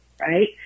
right